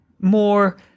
more